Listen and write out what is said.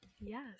Yes